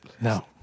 no